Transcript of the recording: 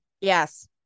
Yes